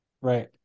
Right